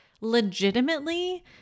legitimately